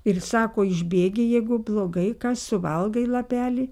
ir sako išbėgi jeigu blogai ką suvalgai lapelį